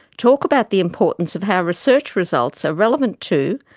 talk about the importance of how research results are relevant to,